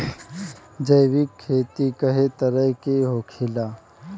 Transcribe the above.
जैविक खेती कए तरह के होखेला?